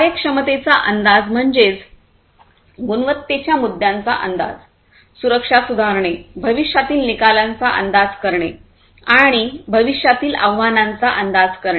कार्यक्षमतेचा अंदाज म्हणजेच गुणवत्तेच्या मुद्द्यांचा अंदाज सुरक्षा सुधारणे भविष्यातील निकालांचा अंदाज करणे आणि भविष्यातील आव्हानांचा अंदाज करणे